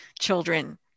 children